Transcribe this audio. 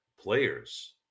Players